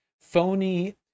phony